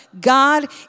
God